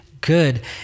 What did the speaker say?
good